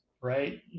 right